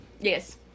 yes